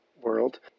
World